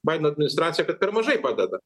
baideno administraciją kad per mažai padeda